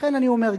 לכן אני אומר,